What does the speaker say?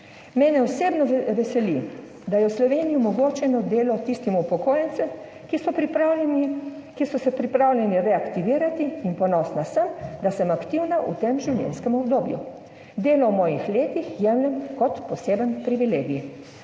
Mene osebno veseli, da je v Sloveniji omogočeno delo tistim upokojencem, ki so se pripravljeni reaktivirati in ponosna sem, da sem aktivna v tem življenjskem obdobju. Delo v mojih letih jemljem kot poseben privilegij.